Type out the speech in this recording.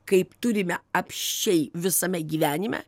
kaip turime apsčiai visame gyvenime